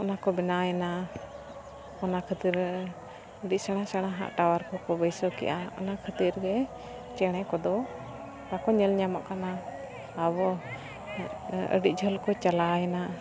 ᱚᱱᱟ ᱠᱚ ᱵᱮᱱᱟᱣ ᱮᱱᱟ ᱚᱱᱟ ᱠᱷᱟᱹᱛᱤᱨ ᱟᱹᱰᱤ ᱥᱮᱬᱟ ᱥᱮᱬᱟᱣᱟᱜ ᱴᱟᱣᱟᱨ ᱠᱚᱠᱚ ᱵᱟᱹᱭᱥᱟᱹᱣ ᱠᱮᱜᱼᱟ ᱚᱱᱟ ᱠᱷᱟᱹᱛᱤᱨ ᱜᱮ ᱪᱮᱬᱮ ᱠᱚᱫᱚ ᱵᱟᱠᱚ ᱧᱮᱞ ᱧᱟᱢᱚᱜ ᱠᱟᱱᱟ ᱟᱵᱚ ᱟᱹᱰᱤ ᱡᱷᱟᱹᱞ ᱠᱚ ᱪᱟᱞᱟᱣ ᱮᱱᱟ